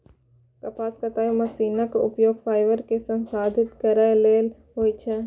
कपास कताइ मशीनक उपयोग फाइबर कें संसाधित करै लेल होइ छै